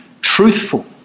truthful